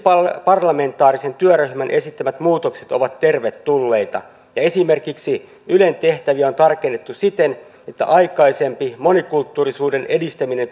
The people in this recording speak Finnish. parlamentaarisen työryhmän esittämät muutokset ovat tervetulleita ja esimerkiksi ylen tehtäviä on on tarkennettu siten että aikaisempi monikulttuurisuuden edistäminen